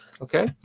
Okay